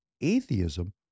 atheism